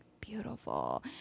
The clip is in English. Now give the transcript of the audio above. beautiful